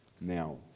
Now